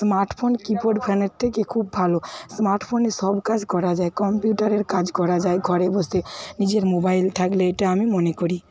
smartphone keypad ফ্যানের থেকে খুব ভালো স্মার্টফোনে সব কাজ করা যায় কম্পিউটারের কাজ করা যায় ঘরে বসে নিজের মোবাইল থাকলে এটা আমি মনে করি